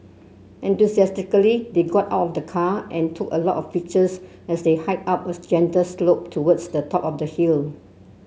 enthusiastically they got of the car and took a lot of pictures as they hiked up a gentle slope towards the top of the hill